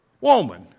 woman